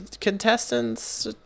contestants